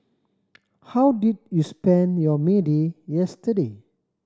how did you spend your May Day yesterday